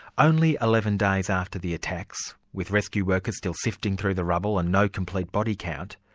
only eleven days after the attacks, with rescue workers still sifting through the rubble, and no complete body count,